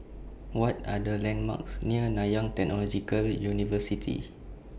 What Are The landmarks near Nanyang Technological University